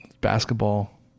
basketball